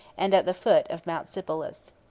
and at the foot of mount sipylus.